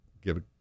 give